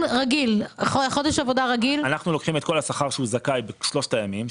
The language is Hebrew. אנחנו לוקחים את כל השכר שהוא זכאי לו בשלושת הימים,